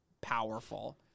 powerful